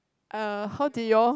uh how did y'all